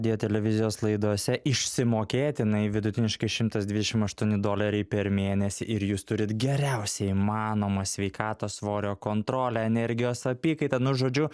deja televizijos laidose išsimokėtinai vidutiniškai šimtas dvidešim aštuoni doleriai per mėnesį ir jūs turit geriausią įmanomą sveikatos svorio kontrolę energijos apykaitą nu žodžiu